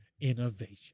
Innovation